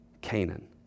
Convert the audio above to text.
Canaan